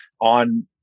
on